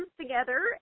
together